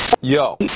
Yo